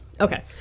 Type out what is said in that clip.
Okay